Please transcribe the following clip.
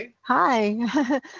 Hi